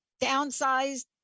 downsized